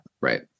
right